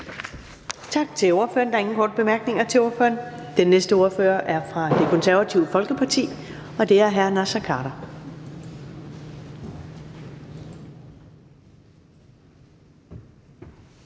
Tak til ordføreren. Der er ingen korte bemærkninger til ordføreren. Den næste ordfører er fra Det Konservative Folkeparti, og det er hr. Naser Khader.